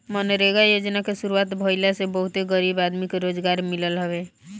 मनरेगा योजना के शुरुआत भईला से बहुते गरीब आदमी के रोजगार मिलल हवे